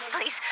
Please